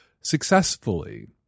successfully